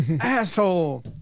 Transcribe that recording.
asshole